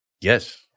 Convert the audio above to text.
Yes